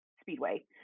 Speedway